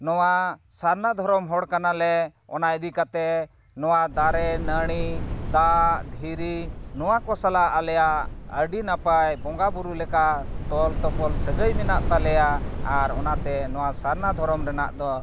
ᱱᱚᱣᱟ ᱥᱟᱨᱱᱟ ᱫᱷᱚᱨᱚᱢ ᱦᱚᱲ ᱠᱟᱱᱟᱞᱮ ᱚᱱᱟ ᱤᱫᱤ ᱠᱟᱛᱮᱫ ᱱᱚᱣᱟ ᱫᱟᱨᱮᱼᱱᱟᱹᱲᱤ ᱫᱟᱜ ᱫᱷᱤᱨᱤ ᱱᱚᱣᱟ ᱠᱚ ᱥᱟᱞᱟᱜ ᱟᱞᱮᱭᱟᱜ ᱟᱹᱰᱤ ᱱᱟᱯᱟᱭ ᱵᱚᱸᱜᱟᱼᱵᱩᱨᱩ ᱞᱮᱠᱟ ᱛᱚᱞᱼᱛᱚᱯᱚᱞ ᱥᱟᱹᱜᱟᱹᱭ ᱢᱮᱱᱟᱜ ᱛᱟᱞᱮᱭᱟ ᱟᱨ ᱚᱱᱟᱛᱮ ᱱᱚᱣᱟ ᱥᱟᱨᱱᱟ ᱫᱷᱚᱨᱚᱢ ᱨᱮᱱᱟᱜ ᱫᱚ